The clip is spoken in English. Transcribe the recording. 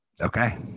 Okay